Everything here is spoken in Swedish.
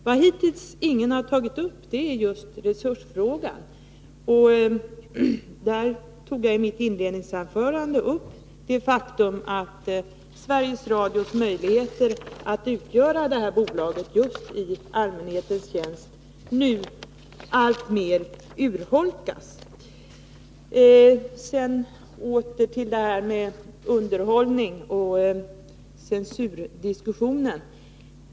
Vad hittills ingen har tagit upp är resursfrågan. Jag berörde i mitt inledningsanförande det faktum att Sveriges Radios möjligheter att utgöra ett bolag just i allmänhetens tjänst nu alltmer urholkas. Sedan åter till frågan om underhållning och censurdiskussionen.